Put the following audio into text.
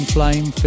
Flame